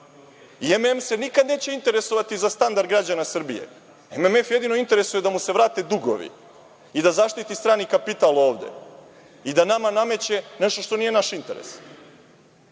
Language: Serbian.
i MMF se neće nikada interesovati za standard građana Srbije. MMF jedino interesuje da mu se vrate dugovi i da zaštiti strani kapital ovde, i da nama nameće nešto što nije naš interes. Mnogo